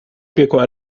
piekła